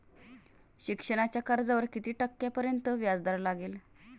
शिक्षणाच्या कर्जावर किती टक्क्यांपर्यंत व्याजदर लागेल?